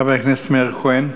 חבר הכנסת מאיר כהן.